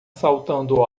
saltando